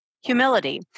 humility